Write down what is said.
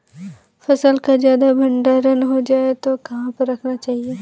फसल का ज्यादा भंडारण हो जाए तो कहाँ पर रखना चाहिए?